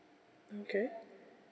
okay